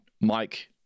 Mike